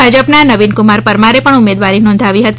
ભાજપના નવીનકુમાર પરમારે ઉમેદવારી નોંધાવી હતી